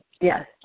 Yes